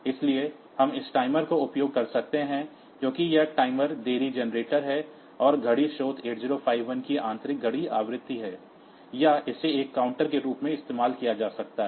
इसलिए हम इस टाइमर का उपयोग कर सकते हैं क्योंकि यह समय देरी जनरेटर है और घड़ी स्रोत 8051 की आंतरिक घड़ी आवृत्ति है या इसे एक काउंटर के रूप में इस्तेमाल किया जा सकता है